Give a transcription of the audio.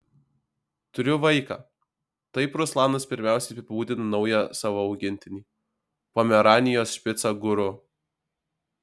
turiu vaiką taip ruslanas pirmiausia apibūdina naują savo augintinį pomeranijos špicą guru